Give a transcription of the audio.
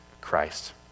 Christ